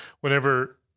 Whenever